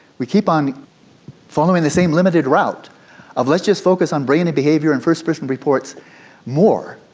we keep on following the same limited route of let's just focus on brain and behaviour and first-person reports more.